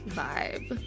vibe